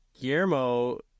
Guillermo